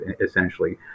essentially